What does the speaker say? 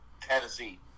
Tennessee